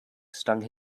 stung